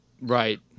Right